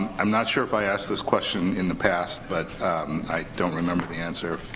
i'm not sure if i asked this question in the past, but i don't remember the answer,